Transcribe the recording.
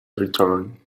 return